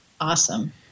Awesome